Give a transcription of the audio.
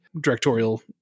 directorial